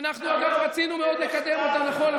ואנחנו, אגב, רצינו מאוד לקדם אותה, נכון?